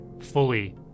fully